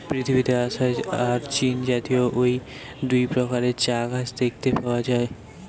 পৃথিবীতে আসাম আর চীনজাতীয় অউ দুই প্রকারের চা গাছ দেখতে পাওয়া যায়